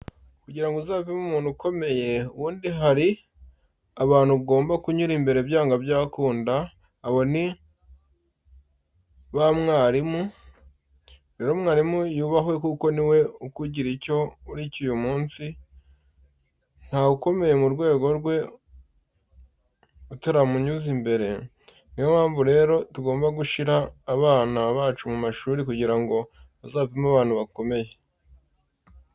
Kugira ngo uzavemo umuntu ukomeye, ubundi hari abantu ugomba kunyura imbere byanga byakunda abo ni ba mwarimu. Rero mwarimu yubahwe kuko ni we ukugira icyo uri cyo uyu munsi, ntawukomeye mu rwego rwe utaramunyuze imbere, niyo mpamvu rero tugomba gushyira abana bacu mu mashuri kugira ngo bazavemo abantu bakomeye.